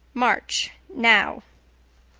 march, now.